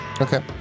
Okay